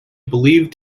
believed